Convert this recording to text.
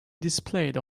displayed